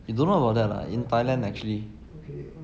you don't know about that ah in thailand actually